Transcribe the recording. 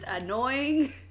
annoying